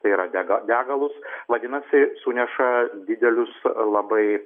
tai yra dega degalus vadinasi suneša didelius labai